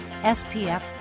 SPF